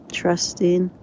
trusting